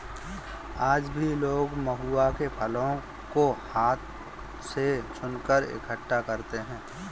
आज भी लोग महुआ के फलों को हाथ से चुनकर इकठ्ठा करते हैं